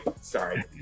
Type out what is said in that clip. Sorry